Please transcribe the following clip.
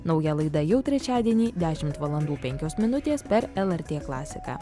nauja laida jau trečiadienį dešimt valandų penkios minutės per lrt klasiką